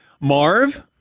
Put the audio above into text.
Marv